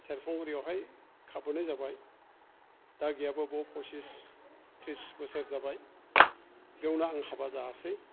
सेरफांगुरियावहाय खारबोनाय जाबाय दा गैयाबाबो पसिस थ्रिस बोसोर जाबाय बेवनो आं हाबा जायासै